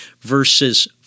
verses